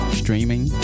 streaming